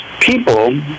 people